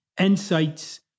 insights